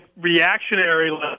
reactionary